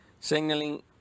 Signaling